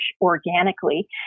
organically